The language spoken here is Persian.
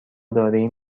داریم